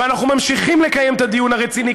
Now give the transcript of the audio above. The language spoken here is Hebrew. ואנחנו ממשיכים לקיים את הדיון הרציני,